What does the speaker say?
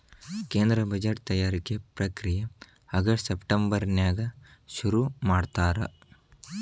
ಕೇಂದ್ರ ಬಜೆಟ್ ತಯಾರಿಕೆ ಪ್ರಕ್ರಿಯೆ ಆಗಸ್ಟ್ ಸೆಪ್ಟೆಂಬರ್ನ್ಯಾಗ ಶುರುಮಾಡ್ತಾರ